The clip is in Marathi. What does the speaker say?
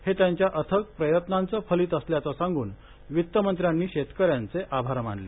हे त्यांच्या अथक प्रयत्नांचे फलित असल्याचे सांगून वित्तमंत्र्यांनी शेतकऱ्यांचे आभार मानले